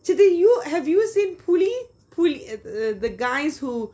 shruti you have you seen pulley pull~ as uh the guys who